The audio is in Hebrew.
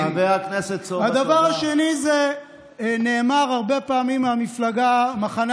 הדבר השני זה שנאמר הרבה פעמים ממפלגת המחנה